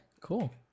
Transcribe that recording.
cool